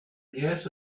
guess